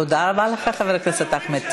תודה רבה לך, חבר הכנסת אחמד טיבי.